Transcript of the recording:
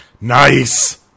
Nice